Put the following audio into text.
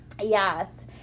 yes